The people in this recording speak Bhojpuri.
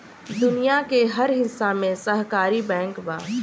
दुनिया के हर हिस्सा में सहकारी बैंक बा